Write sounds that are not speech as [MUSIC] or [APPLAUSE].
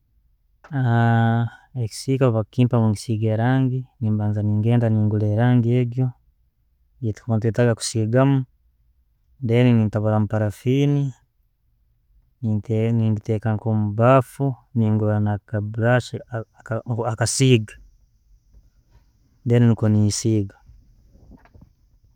[HESITATION] ekisika bwebakimba nkisige rangi nimbanza nengenda nengura rangi egyo gyekwetaga kusigamu. Then nentaburamu parafini nengiteka nko mubafu nengura nabrush, akasiga then nikwo nensiiga.